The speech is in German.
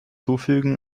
hinzufügen